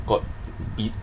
got